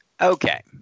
Okay